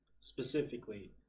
specifically